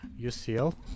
UCL